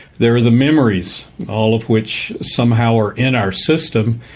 there are the memories, all of which somehow are in our system,